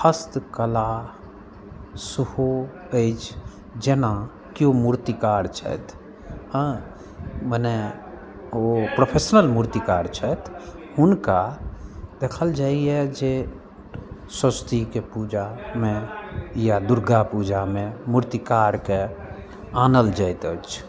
हस्तकला सेहो अछि जेना केओ मूर्तिकार छथि आ मने ओ प्रोफेशनल मूर्तिकार छथि हुनका देखल जाइया जे सरस्वतीके पूजामे या दुर्गा पूजामे मूर्तिकारके आनल जाइत अछि